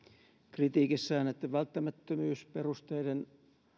kritiikissään näitten välttämättömyysperusteiden